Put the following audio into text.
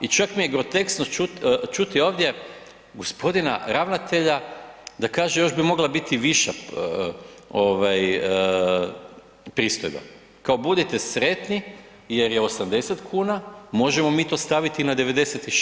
I čak mi je groteskno čuti ovdje gospodina ravnatelja da kaže još bi mogla biti viša pristojba, kao budite sretni jer je 80 kuna, možemo mi to staviti i na 96.